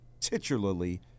titularly